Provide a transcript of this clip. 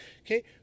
okay